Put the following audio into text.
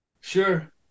sure